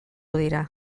dira